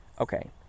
Okay